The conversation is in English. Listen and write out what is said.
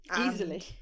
easily